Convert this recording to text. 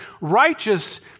Righteous